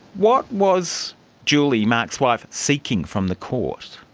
what was julie, mark's wife, seeking from the court?